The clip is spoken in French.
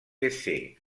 baissé